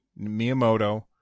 Miyamoto